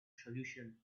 solution